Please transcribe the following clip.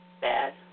bad